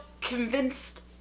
convinced